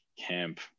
camp